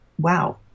wow